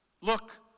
Look